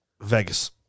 Vegas